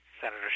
Senator